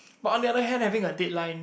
but on the other hand having a deadline